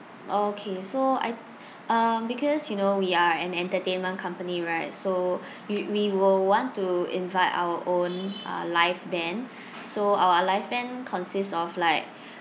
okay so I um because you know we are an entertainment company right so we we will want to invite our own uh live band so our live band consists of like